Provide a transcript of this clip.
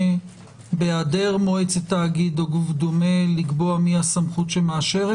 בהיעדר מועצת תאגיד או דומה לקבוע מי הסמכות שמאשרת?